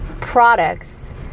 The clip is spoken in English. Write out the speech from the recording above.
products